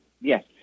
Yes